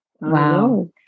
Wow